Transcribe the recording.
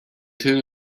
till